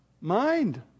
mind